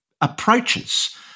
approaches